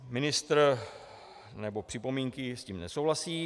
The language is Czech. Ministr... nebo připomínky s tím nesouhlasí.